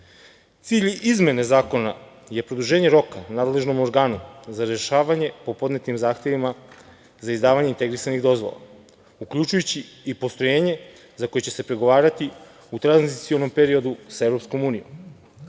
izmene zakona je produženje roka nadležnom organu za rešavanje po podnetim zahtevima za izdavanje integrisanih dozvola, uključujući i postrojenje za koje će se pregovarati u tranzicionom periodu sa EU.Zakon o